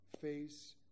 face